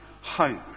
hope